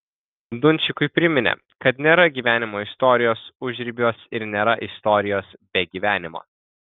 dunčikui priminė kad nėra gyvenimo istorijos užribiuos ir nėra istorijos be gyvenimo